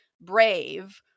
Brave